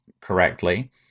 correctly